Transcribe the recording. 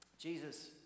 Jesus